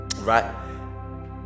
right